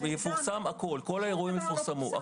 כל האירועים יפורסמו.